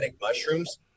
mushrooms